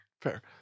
Fair